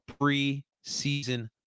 preseason